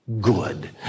good